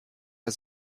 der